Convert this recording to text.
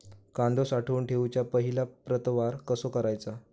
कांदो साठवून ठेवुच्या पहिला प्रतवार कसो करायचा?